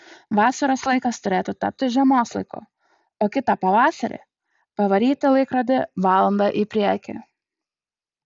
vasaros laikas turėtų tapti žiemos laiku o kitą pavasarį pavaryti laikrodį valanda į priekį